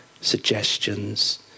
suggestions